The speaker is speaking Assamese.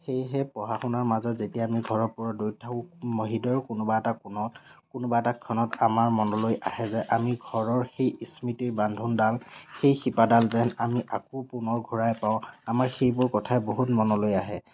সেয়েহে পঢ়া শুনাৰ মাজত যেতিয়া আমি ঘৰৰ পৰা আমি দূৰত থাকো হৃদয়ৰ কোনোবা এটা কোণত কোনোবা এটা ক্ষণত আমাৰ মনলৈ আহে যে আমি ঘৰৰ সেই স্মৃতিৰ বান্ধোনডাল সেই শিপাডাল যেন আমি আকৌ পুনৰ ঘূৰাই পাওঁ আমাৰ সেইবোৰ কথাই বহুত মনলৈ আহে